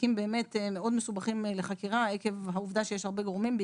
התיקים מאוד מסובכים לחקירה עקב ריבוי הגורמים בשטח שצריך לחקור,